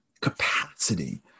capacity